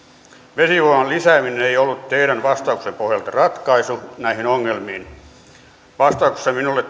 vesivoiman lisääminen ei ollut teidän vastauksenne pohjalta ratkaisu näihin ongelmiin vastauksesta minulle